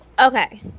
Okay